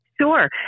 Sure